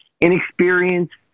inexperienced